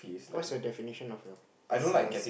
what's your definition of a